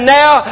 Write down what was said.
now